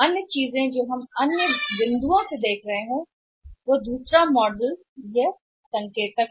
एक और चीज जिसे हम दूसरे मॉडल में देख रहे हैं वह है एक और संकेतक